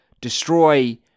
destroy